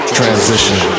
Transition